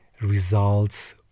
results